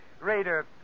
Raider